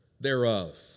thereof